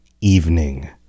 evening